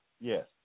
Yes